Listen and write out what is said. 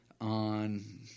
on